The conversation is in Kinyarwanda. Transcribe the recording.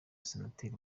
senateri